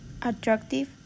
attractive